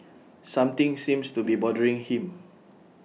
something seems to be bothering him